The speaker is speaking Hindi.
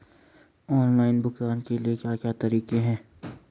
ऑनलाइन भुगतान के क्या क्या तरीके हैं?